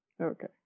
Okay